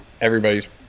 everybody's